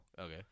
Okay